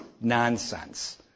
nonsense